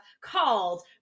called